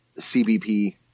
cbp